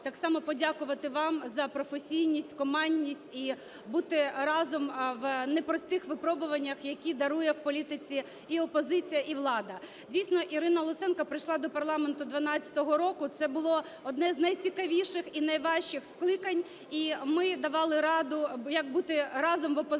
так само подякувати вам за професійність, командність і бути разом в непростих випробуваннях, які дарує в політиці і опозиція, і влада. Дійсно, Ірина Луценко прийшла до парламенту 2012 року, це було одне з найцікавіших і найважчих скликань. І ми давали раду, як бути разом в опозиції